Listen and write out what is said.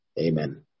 amen